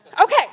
Okay